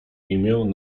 imię